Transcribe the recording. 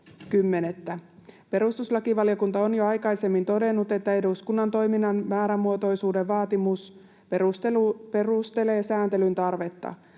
11.10. Perustuslakivaliokunta on jo aikaisemmin todennut, että eduskunnan toiminnan määrämuotoisuuden vaatimus perustelee sääntelyn tarvetta.